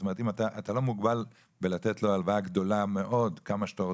זאת אומרת אתה לא מוגבל בלתת לו הלוואה גדולה מאוד כמה שאתה רוצה,